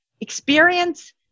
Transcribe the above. experience